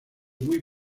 muy